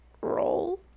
roll